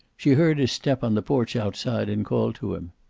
she heard his step on the porch outside, and called to him.